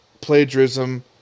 plagiarism